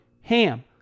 HAM